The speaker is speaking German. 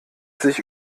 sich